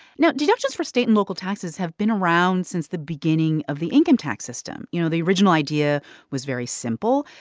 now, deductions for state and local taxes have been around since the beginning of the income tax system. you know, the original idea was very simple.